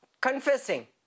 confessing